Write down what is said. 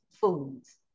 foods